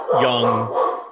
young –